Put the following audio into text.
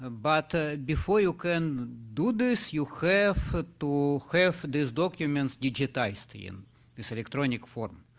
and but before you can do this, you have to have these documents digitized in this electronic form.